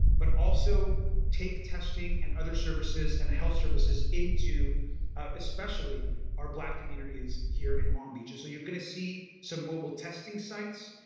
but also take testing and other services and health services into especially our black communities here in long beach. and so you're going to see some mobile testing sites,